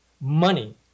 Money